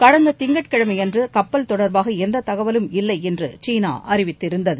கடந்த திங்கட்கிழமையன்று கப்பல் தொடர்பாக எந்த தகவலும் இல்லை என்று சீனா அறிவித்திருந்தது